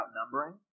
outnumbering